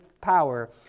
power